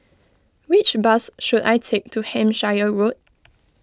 which bus should I take to Hampshire Road